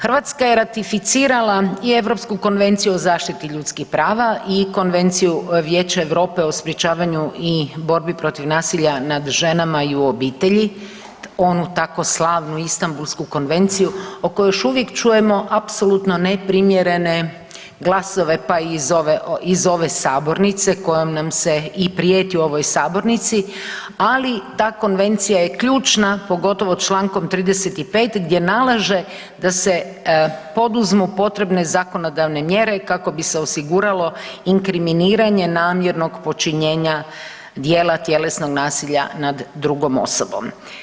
Hrvatska je ratificirala i Europsku konvenciju o zaštiti ljudskih prava i Konvenciju Vijeća Europe o sprečavanju i borbi protiv nasilja nad ženama i u obitelji onu tko slavnu Istambulsku konvenciju o kojoj još uvijek čujemo apsolutno neprimjerene glasove pa i iz ove sabornice kojom nam se i prijeti u ovoj sabornici, ali ta konvencija je ključna pogotovo čl. 35. gdje nalaže da se poduzmu potrebne zakonodavne mjere kako bi se osiguralo inkriminiranje namjernog počinjenja djela tjelesnog nasilja nad drugom osobom.